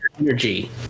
energy